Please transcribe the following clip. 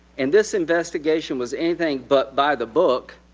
and this investigation was anything but by the book,